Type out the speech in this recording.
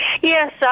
Yes